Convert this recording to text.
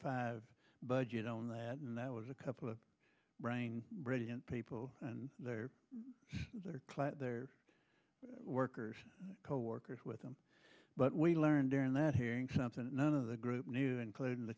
five budget on that and that was a couple of brain brilliant people and their class workers and coworkers with them but we learned during that hearing something that none of the group knew including the